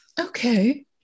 Okay